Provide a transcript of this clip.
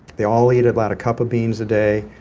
they all eat about a cup of beans a day.